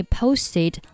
posted